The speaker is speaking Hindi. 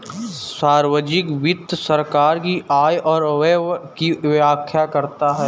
सार्वजिक वित्त सरकार की आय और व्यय की व्याख्या करता है